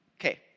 Okay